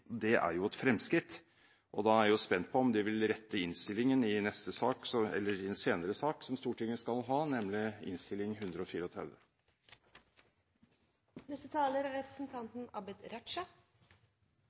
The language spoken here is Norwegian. Det er jo et fremskritt. Da er jeg spent på om de vil rette innstillingen i en senere sak som Stortinget skal behandle, nemlig Innstilling 134 S. Representanten Are Helseth holdt et veldig godt innlegg, og det er